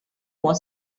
for